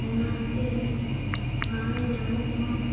ᱚᱱᱟᱛᱮ ᱵᱟᱝ ᱧᱟᱢᱚᱜᱼᱟ